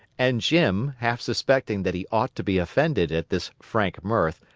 and jim, half-suspecting that he ought to be offended at this frank mirth,